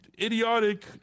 Idiotic